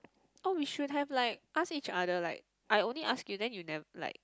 oh we should have like asked each other like I only asked you then you never like